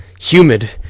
humid